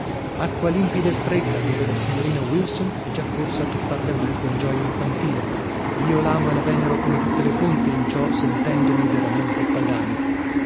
acqua limpida e fredda dove la signorina wilson è già corsa a tuffar le mani con gioia infantile io l'amo e la venero come tutte le fonti in ciò sentendomi veramente pagano